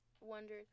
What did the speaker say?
wondered